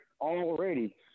already